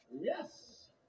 Yes